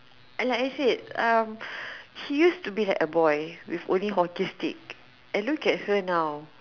like I said uh she used to be like a boy with only hockey stick and look at her now